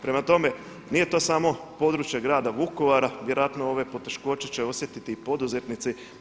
Prema tome, nije to samo područje grada Vukovara, vjerojatno ove poteškoće će osjetiti i poduzetnici.